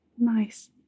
Nice